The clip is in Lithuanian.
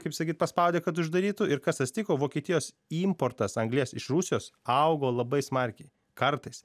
kaip sakyt paspaudė kad uždarytų ir kas atsitiko vokietijos importas anglies iš rusijos augo labai smarkiai kartais